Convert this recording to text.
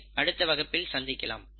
சரி அடுத்த வகுப்பில் சந்திக்கலாம்